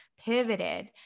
pivoted